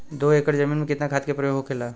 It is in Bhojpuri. दो एकड़ जमीन में कितना खाद के प्रयोग होखेला?